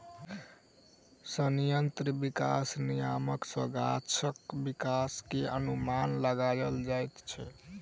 संयंत्र विकास नियामक सॅ गाछक विकास के अनुमान लगायल जाइत अछि